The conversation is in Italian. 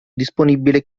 disponibile